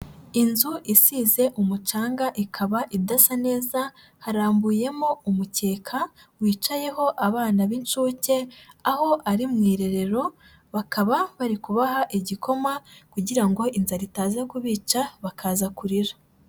Inzu isize umucanga ikaba idasa neza, harambuyemo umukeka wicayeho abana b'incuke, aho ari mu irerero bakaba bari kubaha igikoma kugira ngo inzara itaza kubica bakaza kurira.